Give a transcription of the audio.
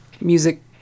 music